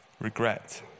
regret